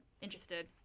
interested